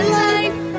life